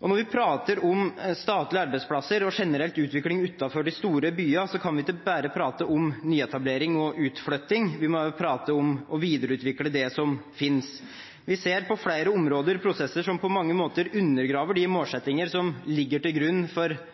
Når vi prater om statlige arbeidsplasser og generell utvikling utenfor de store byene, kan vi ikke bare prate om nyetablering og utflytting, vi må også prate om å videreutvikle det som finnes. Vi ser på flere områder prosesser som på mange måter undergraver de målsettinger som ligger til grunn for